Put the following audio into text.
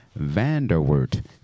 Vanderwert